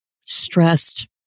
stressed